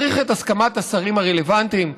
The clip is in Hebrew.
צריך את הסכמת השרים הרלוונטיים.